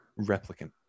replicant